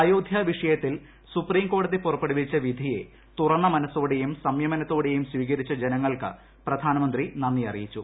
അയോധ്യ വിഷയ ത്തിൽ സുപ്രീംകോടതി പുറപ്പെടുവിച്ച വിധിയെ തുറന്ന മനസ്സോടെയും സംയമനത്തോടെയും സ്വീകരിച്ച ജനങ്ങൾക്ക് പ്രധാനമന്ത്രി നന്ദി അറിയിച്ചു